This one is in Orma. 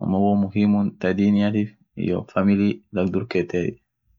ammo won muhimu thaa diniathif iyoo familii dhag dhurketei